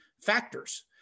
factors